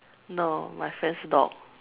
no my friend's dog